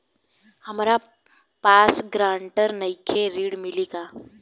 हमरा पास ग्रांटर नईखे ऋण मिली का?